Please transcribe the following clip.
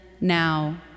now